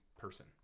person